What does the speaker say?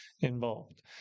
involved